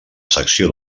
secció